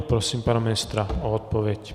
Prosím pana ministra o odpověď.